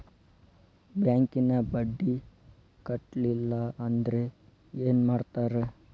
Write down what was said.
ಬ್ಯಾಂಕಿನ ಬಡ್ಡಿ ಕಟ್ಟಲಿಲ್ಲ ಅಂದ್ರೆ ಏನ್ ಮಾಡ್ತಾರ?